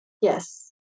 Yes